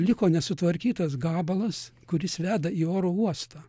liko nesutvarkytas gabalas kuris veda į oro uostą